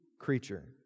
creature